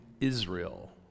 Israel